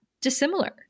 dissimilar